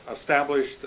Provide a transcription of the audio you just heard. established